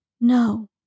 No